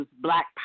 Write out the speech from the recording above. black